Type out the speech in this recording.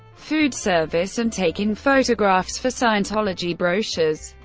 food service and taking photographs for scientology brochures.